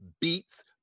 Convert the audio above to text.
beats